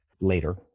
later